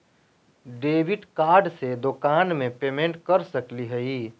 Debit card से दुकान में पेमेंट कर सकली हई?